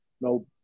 no